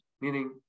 Meaning